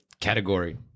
category